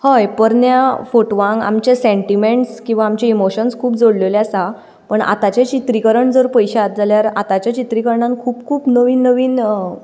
हय पोरण्या फोटोवांक आमचे सेंटिमेंट्स किंवां आमचे इमोशन्स खूब जोडलेले आसा पण आतांचें चित्रीकरण जर पळयश्यात जाल्यार आतांच्या चित्रीकरणांत खूब खूब नवीन नवीन